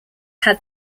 had